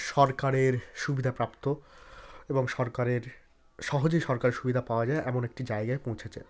সরকারের সুবিধা প্রাপ্ত এবং সরকারের সহজেই সরকারের সুবিধা পাওয়া যায় এমন একটি জায়গায় পৌঁছেছে